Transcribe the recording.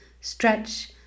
stretch